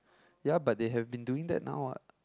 ya but they have been doing that now what